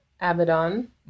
Abaddon